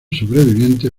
sobreviviente